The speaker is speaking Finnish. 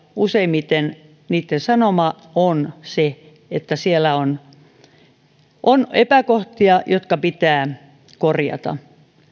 useimmiten niitten sanoma on se että siellä on on epäkohtia jotka pitää korjata